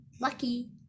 lucky